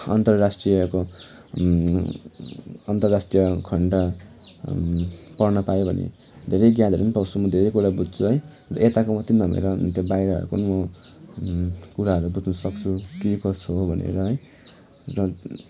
अन्तराष्ट्रीयको अन्तराष्ट्रीय खन्ड पढ्न पायो भने धेरै ज्ञानहरू पाउँछु म धेरै बुझ्छु है यताको मात्रै नभएर बाहिरहरूको म कुराहरू बुझ्न सक्छु के कसो हो भनेर है र